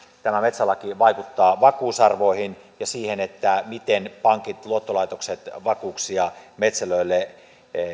tämä metsälaki vaikuttaa vakuusarvoihin ja siihen miten pankit ja luottolaitokset vakuuksia metsälöille